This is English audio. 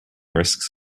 risks